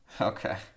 Okay